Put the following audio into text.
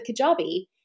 Kajabi